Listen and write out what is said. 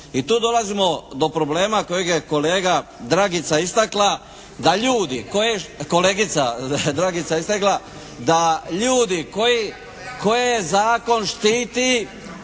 I tu dolazimo do problema kojeg je kolega Dragica istakla da ljudi koje …… /Upadica